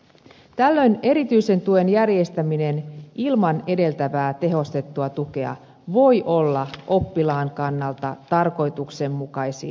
tällöin erityisen tuen järjestäminen ilman edeltävää tehostettua tukea voi olla oppilaan kannalta tarkoituksenmukaisin menettely